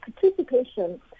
participation